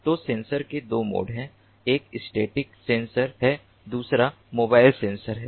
तो सेंसर के दो मोड हैं एक स्टॅटिक सेंसर है दूसरा मोबाइल सेंसर है